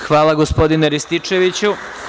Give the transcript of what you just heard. Hvala, gospodine Rističeviću.